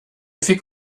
fick